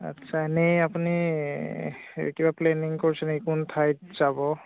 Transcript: আচ্ছা এনে আপুনি হেৰি কিবা প্লেনিং কৰিছে নেকি কোন ঠাইত যাব